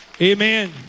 Amen